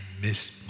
miss